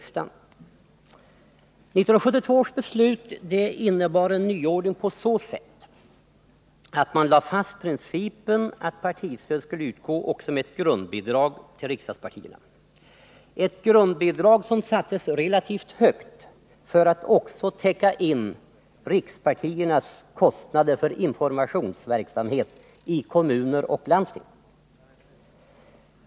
1972 års beslut innebar en nyordning på så sätt att man lade fast principen att partistöd skulle utgå också med ett grundbidrag till riksdagspartierna, ett grundbidrag som sattes relativt högt för att också täcka in rikspartiernas kostnader för informationsverksamhet i kommuner och landsting.